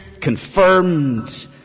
confirmed